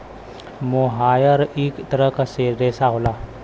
मोहायर इक तरह क रेशा होला